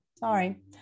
Sorry